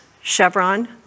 Chevron